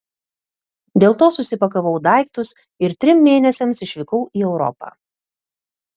dėl to susipakavau daiktus ir trim mėnesiams išvykau į europą